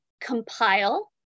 compile